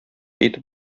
итеп